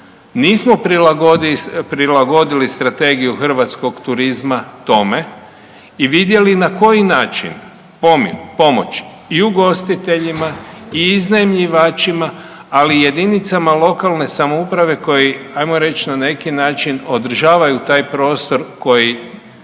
nismo prilagodili strategiju hrvatskog turizma tome i vidjeli na koji način pomoći i ugostiteljima i iznajmljivačima, ali i JLS koji ajmo reć na neki način održavaju taj prostor koji